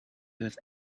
with